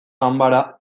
ganbara